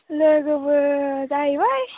लोगोबो जाहैबाय